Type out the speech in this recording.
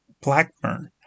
Blackburn